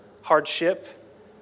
hardship